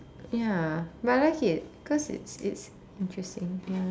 ya but I like it cause it's it's interesting ya